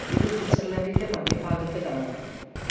ഇത് സ്വിറ്റ്സർലാൻറ്റിന്റെ മദ്ധ്യഭാഗത്ത് കാണാം